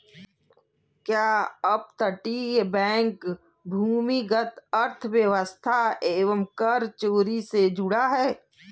क्या अपतटीय बैंक भूमिगत अर्थव्यवस्था एवं कर चोरी से जुड़ा है?